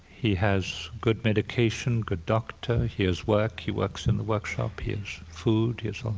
he has good medication, good doctors. he has work, he works in the workshop. he has food, he has home.